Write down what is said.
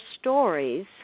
stories